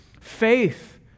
faith